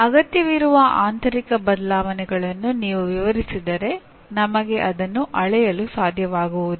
ಅಗತ್ಯವಿರುವ ಆಂತರಿಕ ಬದಲಾವಣೆಗಳನ್ನು ನೀವು ವಿವರಿಸಿದರೆ ನಮಗೆ ಅದನ್ನು ಅಳೆಯಲು ಸಾಧ್ಯವಾಗುವುದಿಲ್ಲ